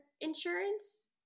insurance